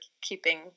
keeping